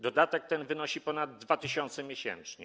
Dodatek ten wynosi ponad 2 tys. miesięcznie.